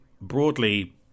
broadly